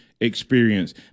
experience